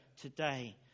today